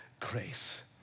Grace